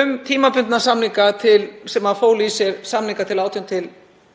um tímabundna samninga sem fólu í sér samninga til 18–23